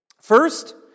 First